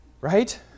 right